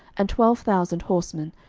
and twelve thousand horsemen,